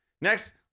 next